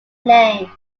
name